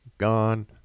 gone